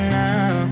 now